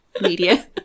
media